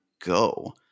go